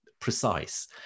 precise